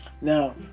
Now